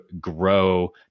grow